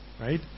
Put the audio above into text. Right